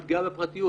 על פגיעה בפרטיות.